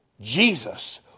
Jesus